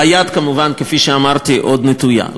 והיד, כמובן, כפי שאמרתי, עוד נטויה.